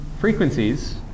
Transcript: frequencies